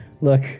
Look